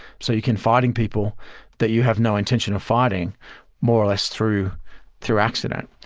so you can fighting people that you have no intention of fighting more or less through through accident.